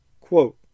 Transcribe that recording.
quote